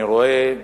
אני רואה,